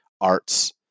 arts